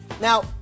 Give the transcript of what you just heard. Now